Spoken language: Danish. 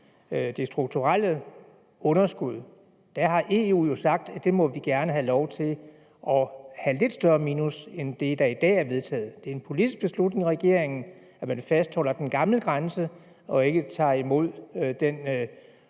det strukturelle underskud, har EU jo sagt, at vi gerne må have lov til at have et lidt større minus end det, der i dag er vedtaget. Det er en politisk beslutning i regeringen, at den fastholder den gamle grænse og ikke tager imod den